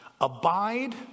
Abide